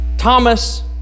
Thomas